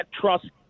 trust